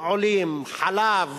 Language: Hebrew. חלב,